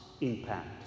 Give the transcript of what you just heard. impact